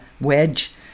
wedge